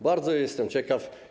Bardzo jestem ciekaw.